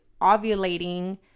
ovulating